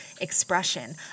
expression